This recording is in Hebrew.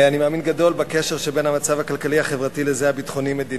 אני מאמין גדול בקשר שבין המצב הכלכלי-החברתי לזה הביטחוני-מדיני,